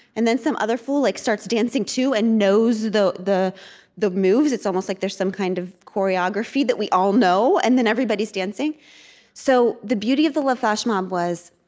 and then some other fool like starts dancing too and knows the the moves. it's almost like there's some kind of choreography that we all know. and then, everybody's dancing so the beauty of the love flash mob was,